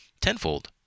tenfold